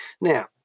Now